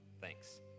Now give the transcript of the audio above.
Thanks